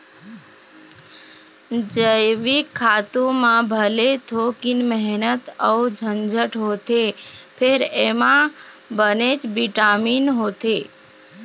जइविक खातू म भले थोकिन मेहनत अउ झंझट होथे फेर एमा बनेच बिटामिन होथे